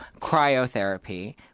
cryotherapy